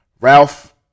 Ralph